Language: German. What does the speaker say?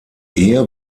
ehe